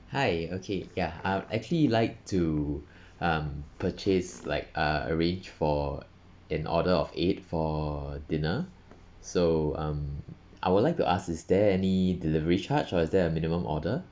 hi okay ya I'd actually like to um purchase like uh arrange for an order of eight for dinner so um I would like to ask is there any delivery charge or is there a minimum order